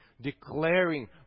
declaring